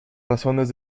razones